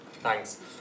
Thanks